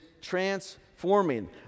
Transforming